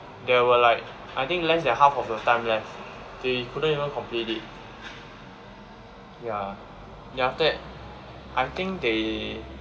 there were like I think less than half of the time left they couldn't even complete it ya then after that I think they